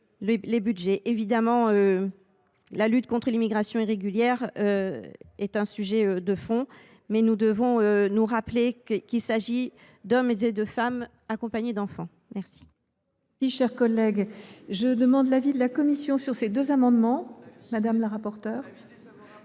convenable. La lutte contre l’immigration irrégulière est un sujet de fond, mais nous devons nous rappeler qu’il s’agit d’hommes et de femmes, parfois accompagnés d’enfants. Quel